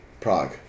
Prague